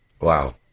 Wow